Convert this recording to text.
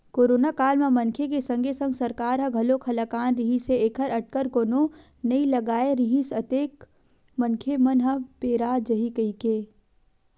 करोनो काल म मनखे के संगे संग सरकार ह घलोक हलाकान रिहिस हे ऐखर अटकर कोनो नइ लगाय रिहिस अतेक मनखे मन ह पेरा जाही कहिके